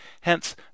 Hence